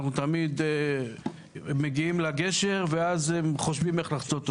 אנחנו תמיד מגיעים לגשר ואז חושבים איך לחצות אותו.